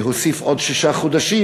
להוסיף עוד שישה חודשים,